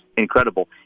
Incredible